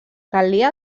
calia